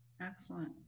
Excellent